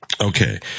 Okay